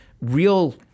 real